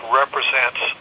represents